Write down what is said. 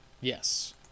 Yes